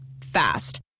fast